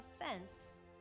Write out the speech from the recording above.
offense